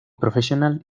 profesional